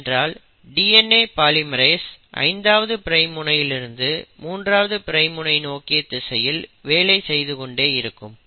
ஏனென்றால் DNA polymerase 5ஆவது prime முனையிலிருந்து 3ஆவது பிரைம் முனை நோக்கிய திசையில் வேலை செய்து கொண்டே இருக்கும்